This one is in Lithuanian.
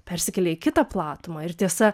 persikėlė į kitą platumą ir tiesa